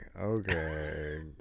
okay